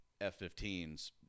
F-15s